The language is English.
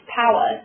power